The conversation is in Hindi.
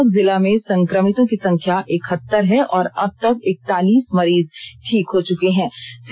हजारीबाग जिला में संक्रमितों की संख्या इकहत्तर है और अब तक इकतालीस मरीज ठीक हो चुके हैं